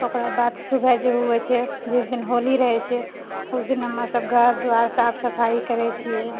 ओकरा बाद सुबह जे होइत छै जिस दिन होली रहैत छै उस दिन हमरासभ घर द्वार साफ सफाइ करैत छियै